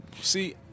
see